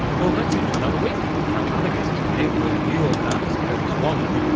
well, that's it for another week. our other guests today were new york artist curtis wallen,